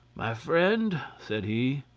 my friend, said he,